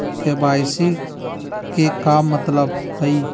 KYC के का मतलब हई?